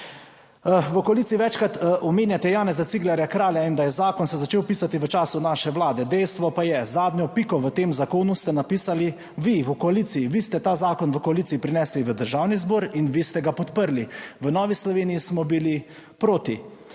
V koaliciji večkrat omenjate Janeza Ciglerja Kralja. in da je zakon se je začel pisati v času naše vlade. Dejstvo pa je, zadnjo piko v tem zakonu ste napisali vi v koaliciji, vi ste ta zakon v koaliciji prinesli v Državni zbor in vi ste ga podprli. V Novi Sloveniji smo bili proti.